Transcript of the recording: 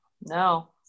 No